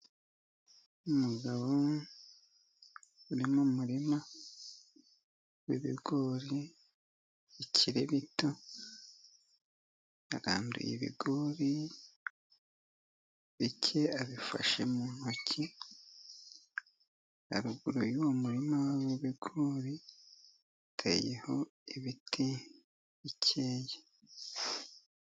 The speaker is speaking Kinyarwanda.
Umugabo uri mu murima w'ibigori bikiri bito, yaranduye ibigori bike abifashe mu ntoki. Haruguru y'uwo murima w'ibigori hateyeho ibiti bikeya.